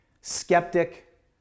Skeptic